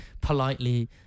politely